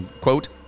quote